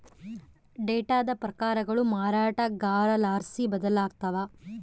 ಡೇಟಾದ ಪ್ರಕಾರಗಳು ಮಾರಾಟಗಾರರ್ಲಾಸಿ ಬದಲಾಗ್ತವ